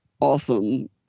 awesome